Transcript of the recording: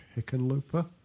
Hickenlooper